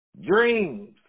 dreams